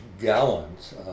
gallons